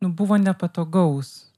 nu buvo nepatogaus